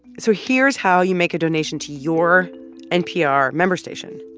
so here's how you make a donation to your npr member station.